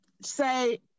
say